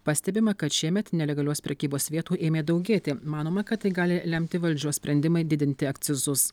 pastebima kad šiemet nelegalios prekybos vietų ėmė daugėti manoma kad tai gali lemti valdžios sprendimai didinti akcizus